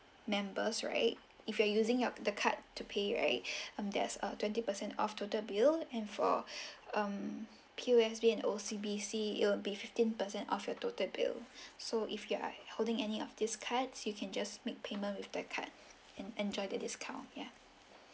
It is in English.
members right if you are using your the card to pay right um there's a twenty percent off total bill and for um P_O_S_B and O_C_B_C it'll be fifteen percent off your total bill so if you are holding any of these cards you can just make payment with the card and enjoy the discount ya